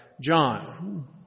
John